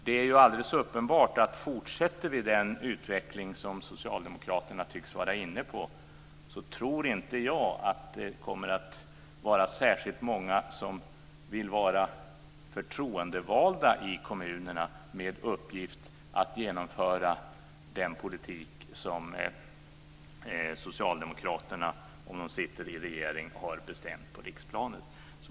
Det är alldeles uppenbart att om vi fortsätter den utveckling som socialdemokraterna tycks vara inne på tror jag inte att det kommer att vara särskilt många som vill vara förtroendevalda i kommunerna med uppgift att genomföra den politik som socialdemokratiska regeringar har beslutat om på riksplanet.